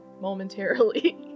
Momentarily